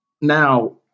now